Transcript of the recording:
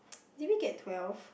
did we get twelve